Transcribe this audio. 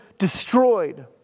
destroyed